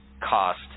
cost